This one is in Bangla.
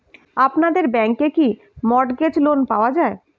আপনাদের ব্যাংকে কি মর্টগেজ লোন পাওয়া যায়?